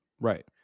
Right